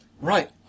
Right